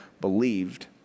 believed